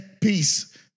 peace